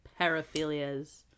paraphilias